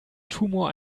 tumor